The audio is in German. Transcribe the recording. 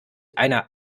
einer